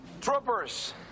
Troopers